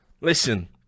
listen